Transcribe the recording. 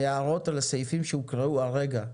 הערות על הסעיפים שהוקראו הרגע.